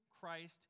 Christ